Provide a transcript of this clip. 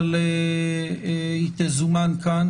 אבל היא תזומן לכאן.